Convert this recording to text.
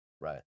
Right